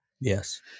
Yes